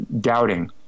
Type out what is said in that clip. doubting